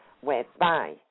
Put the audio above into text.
whereby